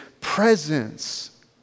presence